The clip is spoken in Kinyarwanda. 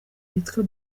yitwa